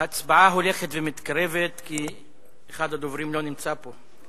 ההצבעה הולכת ומתקרבת, כי אחד הדוברים לא נמצא פה.